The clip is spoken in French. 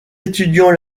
étudiants